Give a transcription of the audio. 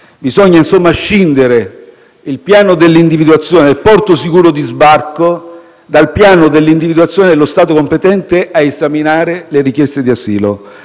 Bisogna, insomma, scindere il piano dell'individuazione del porto sicuro di sbarco dal piano dell'individuazione dello Stato competente a esaminare le richieste di asilo.